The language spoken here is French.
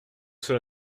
cela